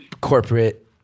corporate